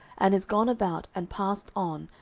and is gone about, and passed on,